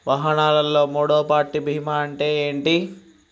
వాహనాల్లో మూడవ పార్టీ బీమా అంటే ఏంటి?